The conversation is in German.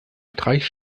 streich